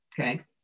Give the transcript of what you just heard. okay